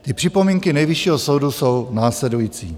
Ty připomínky Nejvyššího soudu jsou následující.